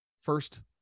First